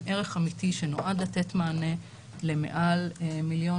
עם ערך אמיתי שנועד לתת מענה למעל מיליון